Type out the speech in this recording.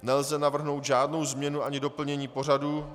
Nelze navrhnout žádnou změnu ani doplnění pořadu.